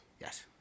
Yes